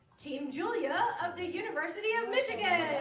team giuliana of the university of michigan